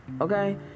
okay